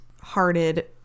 hearted